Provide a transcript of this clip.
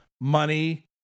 money